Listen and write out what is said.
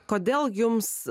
kodėl jums